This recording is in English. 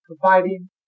providing